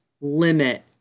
limit